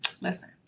Listen